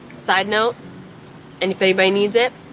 side note, and if anybody needs it,